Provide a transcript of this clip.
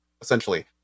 essentially